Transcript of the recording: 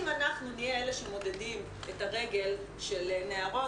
אם אנחנו נהיה אלה שמודדים את הרגל של נערות